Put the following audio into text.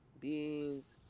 beans